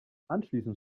anschließend